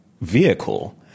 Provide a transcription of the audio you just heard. vehicle